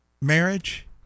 marriage